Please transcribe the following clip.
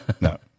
No